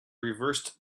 reversed